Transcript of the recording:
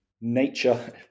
nature